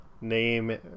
name